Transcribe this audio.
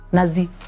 Nazi